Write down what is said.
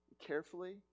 carefully